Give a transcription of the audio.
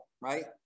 right